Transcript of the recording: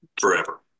forever